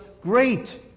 great